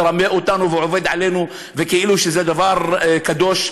מרמה אותנו ועובד עלינו כאילו זה דבר קדוש.